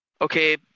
okay